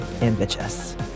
ambitious